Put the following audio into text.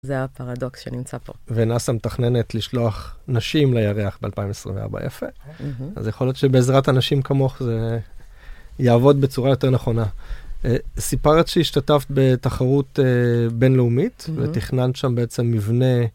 זה הפרדוקס שנמצא פה. ונאסא מתכננת לשלוח נשים לירח ב-2024, יפה, אז יכול להיות שבעזרת אנשים כמוך זה יעבוד בצורה יותר נכונה. סיפרת שהשתתפת בתחרות בינלאומית, ותכננת שם בעצם מבנה...